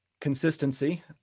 Consistency